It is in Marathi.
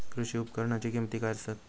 कृषी उपकरणाची किमती काय आसत?